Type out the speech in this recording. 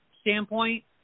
standpoint